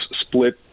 split